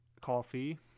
coffee